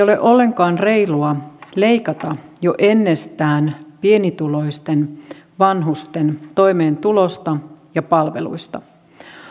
ole ollenkaan reilua leikata jo ennestään pienituloisten vanhusten toimeentulosta ja palveluista